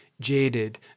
jaded